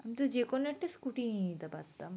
আমি তো যে কোনো একটা স্কুটি নিয়ে নিতে পারতাম